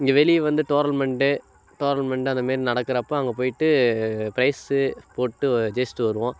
இங்கே வெளியே வந்து டோர்னமெண்ட்டு டோர்னமெண்ட் அந்தமாரி நடக்கிறப்ப அங்கே போய்ட்டு பிரைஸு போட்டு ஜெய்ச்சிட்டு வருவோம்